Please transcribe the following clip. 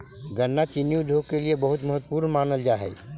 गन्ना चीनी उद्योग के लिए बहुत महत्वपूर्ण मानल जा हई